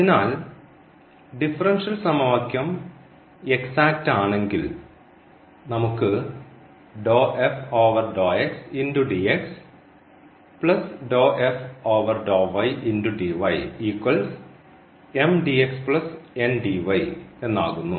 അതിനാൽ ഡിഫറൻഷ്യൽ സമവാക്യം എക്സാക്റ്റ് ആണെങ്കിൽ നമുക്ക് എന്നാകുന്നു